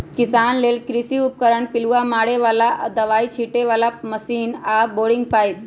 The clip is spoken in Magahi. किसान लेल कृषि उपकरण पिलुआ मारे बला आऽ दबाइ छिटे बला मशीन आऽ बोरिंग पाइप